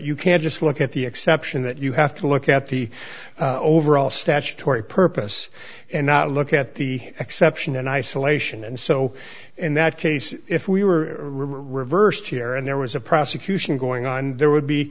you can't just look at the exception that you have to look at the overall statutory purpose and not look at the exception in isolation and so in that case if we were reversed here and there was a prosecution going on there would be